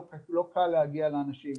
לא קל להגיע לאנשים.